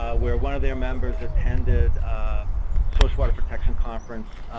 where one of their members attended a source water protection conference